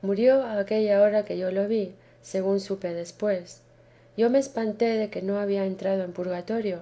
murió a aqueüa hora que yo lo vi según supe después yo me espanté de que no había entrado en purgatorio